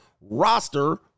Roster